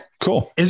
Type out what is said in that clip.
cool